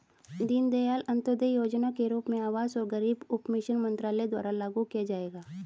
दीनदयाल अंत्योदय योजना के रूप में आवास और गरीबी उपशमन मंत्रालय द्वारा लागू किया जाएगा